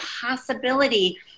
possibility